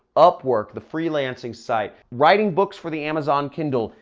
upwork, the freelancing site. writing books for the amazon kindle,